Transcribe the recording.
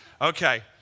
Okay